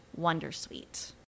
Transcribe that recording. Wondersuite